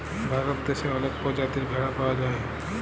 ভারত দ্যাশে অলেক পজাতির ভেড়া পাউয়া যায়